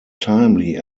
timely